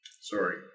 Sorry